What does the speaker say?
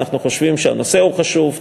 אנחנו חושבים שהנושא חשוב,